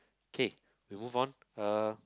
okay we move on uh